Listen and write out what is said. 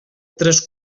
tres